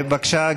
בבקשה,